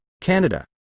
Canada